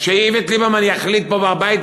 שאיווט ליברמן יחליט פה בבית,